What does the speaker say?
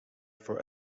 for